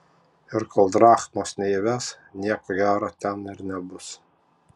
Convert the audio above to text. ir kol drachmos neįves nieko gero ten ir nebus